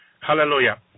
hallelujah